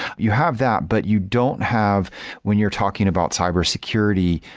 you have that, but you don't have when you're talking about cybersecurity,